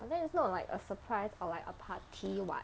but then it's not like a surprise or like a party [what]